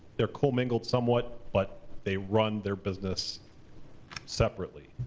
they're commingled somewhat, but they run their business separately.